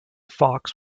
fox